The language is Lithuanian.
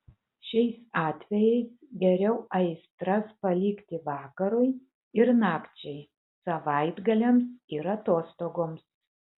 šiais atvejais geriau aistras palikti vakarui ir nakčiai savaitgaliams ir atostogoms